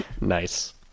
Nice